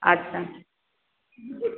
আচ্ছা